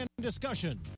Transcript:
Discussion